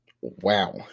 wow